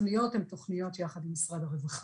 התוכניות הן תוכניות שפועלות בשיתוף פעולה יחד עם משרד הרווחה.